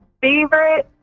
favorite